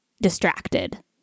distracted